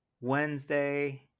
Wednesday